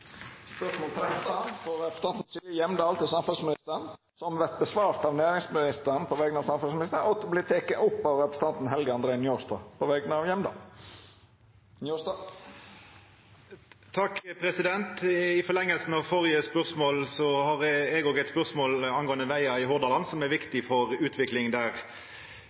frå representanten Silje Hjemdal til samferdselsministeren, vert svara på av næringsministeren på vegner av samferdselsministeren, og det vert teke opp av Helge André Njåstad på vegner av Silje Hjemdal. I forlenginga av førre spørsmål har eg òg eit spørsmål som gjeld vegar i Hordaland, som er viktig for utviklinga der: